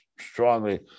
strongly